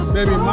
Baby